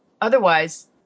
otherwise